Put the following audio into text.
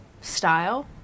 style